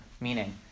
meaning